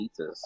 pizzas